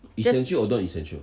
then